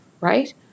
right